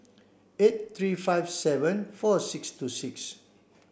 eight three five seven four six two six